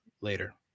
Later